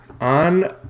On